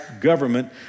government